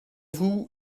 vous